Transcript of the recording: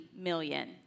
million